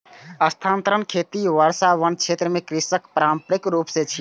स्थानांतरण खेती वर्षावन क्षेत्र मे कृषिक पारंपरिक रूप छियै